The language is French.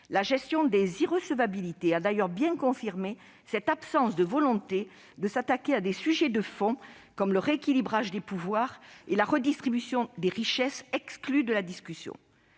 La gestion des irrecevabilités a d'ailleurs bien confirmé cette absence de volonté de s'attaquer à des sujets de fond, comme le rééquilibrage des pouvoirs et la redistribution des richesses, exclus de la discussion.